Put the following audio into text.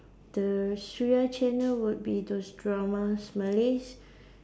the Suria channel would be those dramas Malays